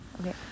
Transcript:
okay